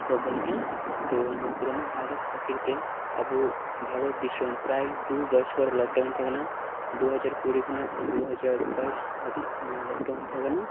ᱠᱚᱵᱚᱞ ᱨᱮ ᱛᱳ ᱱᱚᱣᱟ ᱠᱳᱨᱳᱱᱟ ᱵᱷᱟᱭᱨᱟᱥ ᱠᱷᱟᱹᱛᱤᱨ ᱛᱮ ᱟᱵᱚ ᱵᱷᱟᱢᱨᱚᱛ ᱫᱤᱥᱚᱢ ᱯᱟᱨᱟᱭ ᱫᱩ ᱵᱚᱪᱷᱚᱨ ᱞᱚᱠᱰᱟᱣᱱ ᱛᱟᱸᱦᱮᱠᱟᱱᱟ ᱫᱩᱦᱟᱡᱟᱨ ᱠᱩᱲᱤ ᱠᱷᱚᱱᱟᱜ ᱫᱩᱦᱟᱡᱟᱨ ᱵᱟᱭᱤᱥ ᱫᱷᱟᱹᱵᱤᱡ ᱱᱚᱣᱟ ᱞᱚᱠᱰᱟᱣᱱ ᱛᱟᱦᱮᱸ ᱠᱟᱱᱟ